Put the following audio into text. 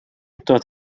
тот